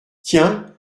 tiens